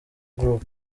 group